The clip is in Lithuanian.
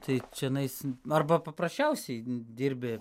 na tai čionais arba paprasčiausiai dirbi